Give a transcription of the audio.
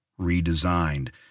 redesigned